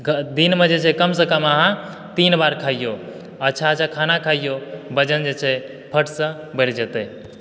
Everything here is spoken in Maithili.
दिन मे जे छै कम से कम अहाँ तीन बार खइयो अच्छा अच्छा खाना खइयो वजन जे छै फट से बढि जेतै